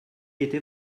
était